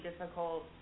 difficult